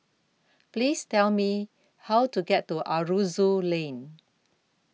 Please Tell Me How to get to Aroozoo Lane